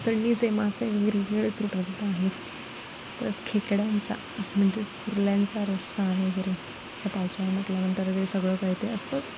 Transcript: खेकड्यांचा म्हणजे कुर्ल्यांचा रस्सा वगैरे म्हटल्यानंतर सगळं काय ते असतंच